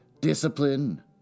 Discipline